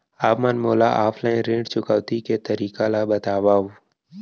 आप मन मोला ऑफलाइन ऋण चुकौती के तरीका ल बतावव?